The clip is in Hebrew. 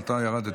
אבל אתה ירדת.